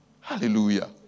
Hallelujah